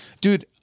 dude